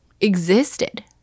existed